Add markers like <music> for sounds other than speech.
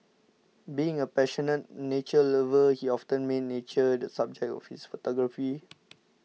being a passionate nature lover he often made nature the subject of his photography <noise>